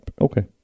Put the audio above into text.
Okay